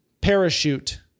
parachute